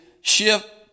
shift